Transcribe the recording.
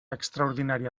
extraordinària